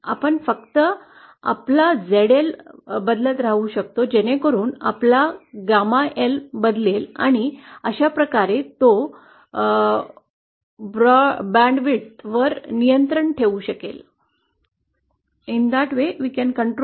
आपण फक्त आपला झेडएल बदलत राहू शकतो जेणेकरून आपला गॅमा एल बदलेल आणि अशा प्रकारे तो बँडच्या रुंदी वर नियंत्रण ठेवू शकेल